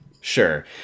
Sure